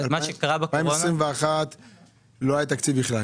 ב-2021 לא היה תקציב.